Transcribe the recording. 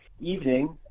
evening